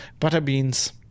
Butterbeans